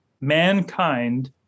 mankind